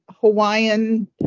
Hawaiian